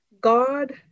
God